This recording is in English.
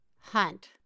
hunt